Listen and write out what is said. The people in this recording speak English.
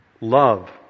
Love